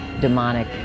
demonic